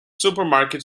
supermarket